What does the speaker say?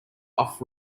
off